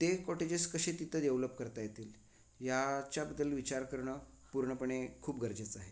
ते कॉटेजेस कसे तिथं डेव्हलप करता येतील याच्याबद्दल विचार करणं पूर्णपणे खूप गरजेचं आहे